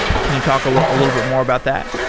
can you talk a little little bit more about that?